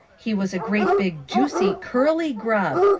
he was a great big juicy curly grub.